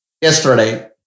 yesterday